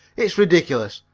it's ridiculous.